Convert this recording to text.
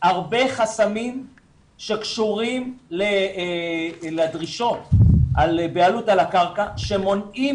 הרבה חסמים שקשורים לדרישות על בעלות על הקרקע שמונעים